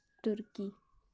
turkey